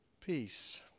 peace